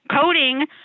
Coding